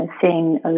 seeing